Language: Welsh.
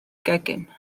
gegin